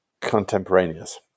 contemporaneous